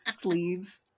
Sleeves